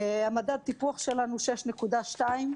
מדד הטיפוח שלנו 6.2,